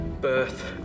birth